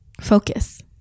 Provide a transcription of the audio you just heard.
focus